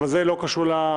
אבל זה לא קשור לוועדה,